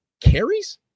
carries